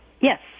Yes